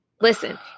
Listen